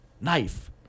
knife